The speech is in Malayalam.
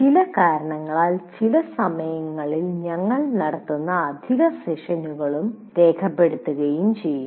ചില കാരണങ്ങളാൽ ചില സമയങ്ങളിൽ ഞങ്ങൾ നടത്തുന്ന അധിക സെഷനുകളും രേഖപ്പെടുത്തുകയും ചെയ്യും